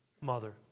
mother